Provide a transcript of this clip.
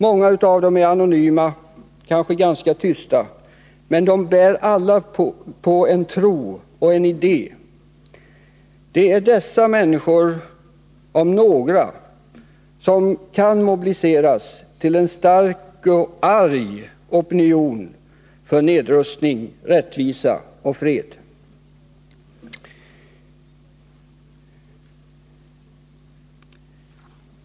Många av dem är anonyma, kanske ganska tysta, men de bär alla på en tro och en idé. Det är dessa människor, om några, som kan mobiliseras till en stark och arg opinion för nedrustning, rättvisa och fred.